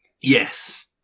Yes